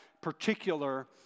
particular